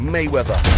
Mayweather